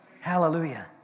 hallelujah